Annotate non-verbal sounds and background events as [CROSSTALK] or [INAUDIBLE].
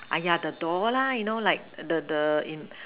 [NOISE] !aiya! the door lah you know like the the in